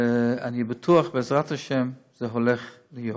ואני בטוח, בעזרת השם, שזה הולך להיות.